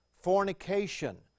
fornication